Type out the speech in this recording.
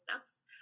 steps